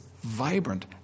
vibrant